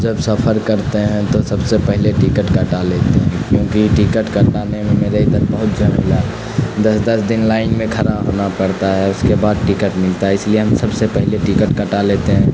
جب سفر کرتے ہیں تو سب سے پہلے ٹکٹ کٹا لیتے ہیں کیونکہ ٹکٹ کٹانے میں میرے ادھر بہت جھمیلا ہے دس دس دن لائن میں کھرا ہونا پڑتا ہے اس کے بعد ٹکٹ ملتا ہے اس لیے ہم سب سے پہلے ٹکٹ کٹا لیتے ہیں